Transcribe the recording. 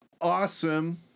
awesome